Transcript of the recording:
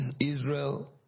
Israel